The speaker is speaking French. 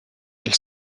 elle